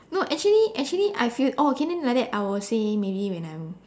no actually actually I feel oh okay then like that I will say maybe when I'm